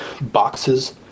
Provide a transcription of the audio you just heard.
boxes